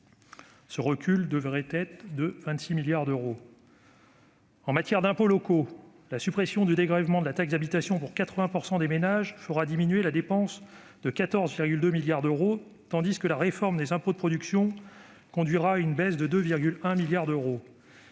Ce recul serait de 26 milliards d'euros. En matière d'impôts locaux, la suppression du dégrèvement de la taxe d'habitation pour 80 % des ménages fera diminuer la dépense de 14,2 milliards d'euros, tandis que la réforme des impôts de production conduira à une baisse de 2,1 milliards d'euros.